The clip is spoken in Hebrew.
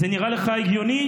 זה נראה לך הגיוני?